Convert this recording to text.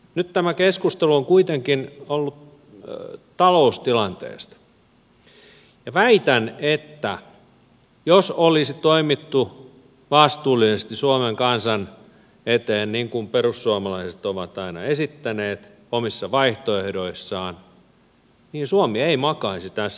nyt tämä keskustelu on kuitenkin ollut taloustilanteesta ja väitän että jos olisi toimittu vastuullisesti suomen kansan eteen niin kuin perussuomalaiset ovat aina esittäneet omissa vaihtoehdoissaan niin suomi ei makaisi tässä tilanteessa